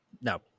No